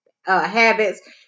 habits